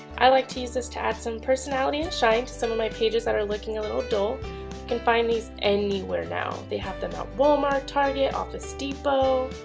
i like to use this to add some personality and shine to some of my pages that are looking a little dull you can find these anywhere now. they have them at wal-mart, target, office depot.